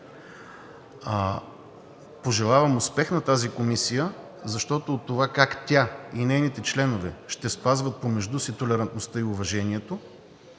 Пожелавам успех на тази комисия! От това как тя и нейните членове ще спазват помежду си толерантността и уважението,